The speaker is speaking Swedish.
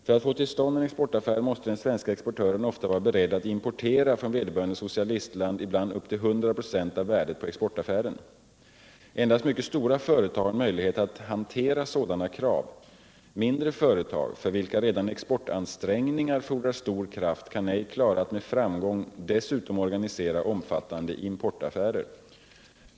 För att få till stånd en exportaffär måste den svenska exportören ofta vara beredd att importera från vederbörande de socialistiska länderna Om åtgärder för ökad handel med de socialistiska länderna socialistland, ibland upp till 100 5 av värdet på exportaffären. Endast mycket stora företag har en möjlighet att hantera sådana krav. Mindre företag, för vilka redan exportansträngningar fordrar stor kraft, kan ej klara att med framgång dessutom organisera omfattande importaffärer.